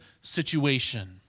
situation